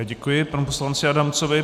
Děkuji panu poslanci Adamcovi.